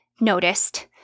noticed